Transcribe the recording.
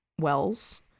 Wells